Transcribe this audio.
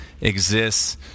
exists